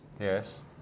Yes